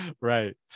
Right